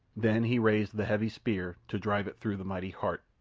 then he raised the heavy spear to drive it through the mighty heart,